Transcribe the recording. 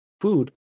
food